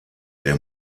der